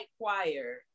choir